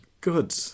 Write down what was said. Good